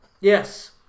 Yes